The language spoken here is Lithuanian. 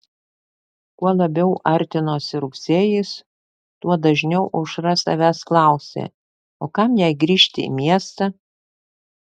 kuo labiau artinosi rugsėjis tuo dažniau aušra savęs klausė o kam jai grįžti į miestą